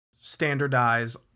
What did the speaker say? standardize